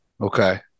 Okay